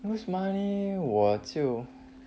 lose money 我就